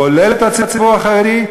כולל את הציבור החרדי,